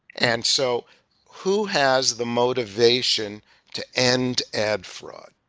and so who has the motivation to end ad fraud?